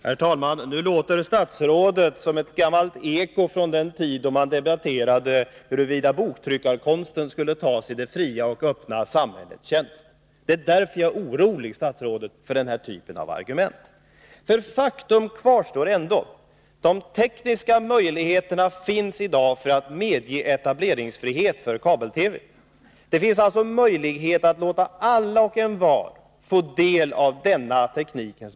Herr talman! Nu låter statsrådet som ett gammalt eko från den tid då man debatterade huruvida boktryckarkonsten skulle tas i det fria och öppna samhällets tjänst. Jag är orolig för den typen av argumentering. Faktum kvarstår att det i dag finns tekniska möjligheter för att medge etableringsfrihet för kabel-TV. Det finns alltså möjligheter att låta alla och envar få del av denna teknik.